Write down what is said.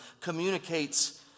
communicates